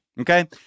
Okay